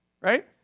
right